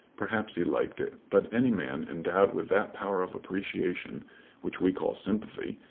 perhaps he liked it but any man endowed with that power of appreciation which we call sympathy,